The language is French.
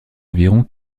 environ